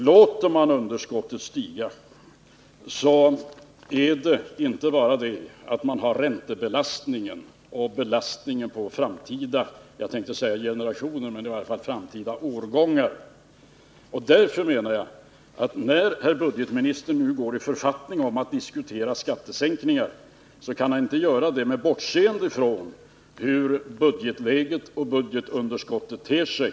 Låter man underskottet stiga innebär det en räntebelastning och en belastning på framtida, jag tänkte säga generationer, men i varje fall framtida årgångar. Därför menar jag att när herr budgetministern nu går i författning om att diskutera skattesänkningar, kan han inte bortse från hur budgetläget och budgetunderskottet ter sig.